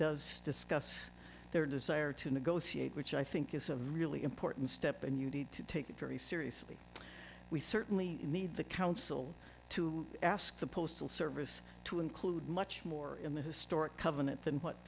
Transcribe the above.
does discuss their desire to negotiate which i think is a really important step and you need to take it very seriously we certainly need the council to ask the postal service to include much more in the historic covenant than what